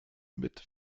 mit